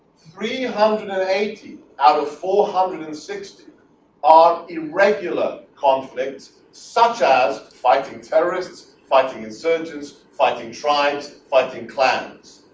three hundred and eighty out of four hundred and sixty are irregular conflicts, such as fighting terrorists, fighting insurgents, fighting tribes, fighting clans.